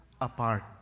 apart